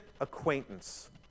acquaintance